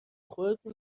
خردی